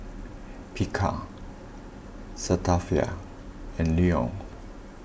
Picard Cetaphil and Lion